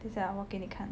等下我给你看